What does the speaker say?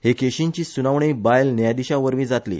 हे केशींची सुनावणी बायल न्यायाधिशांवरवी जातली